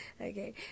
Okay